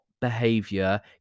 behavior